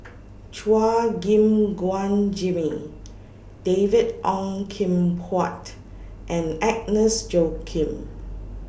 Chua Gim Guan Jimmy David Ong Kim Huat and Agnes Joaquim